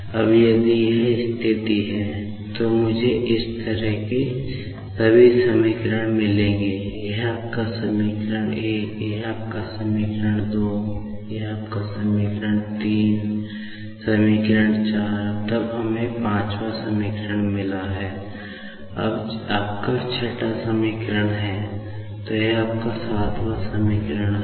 अब यदि यह स्थिति है तो मुझे इस तरह के सभी समीकरण मिलेंगे यह आपका समीकरण तब हमें 5 वाँ समीकरण मिला है यह आपका 6 वाँ समीकरण है और यह आपका 7 वां समीकरण है